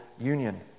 union